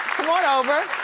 come on over.